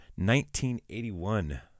1981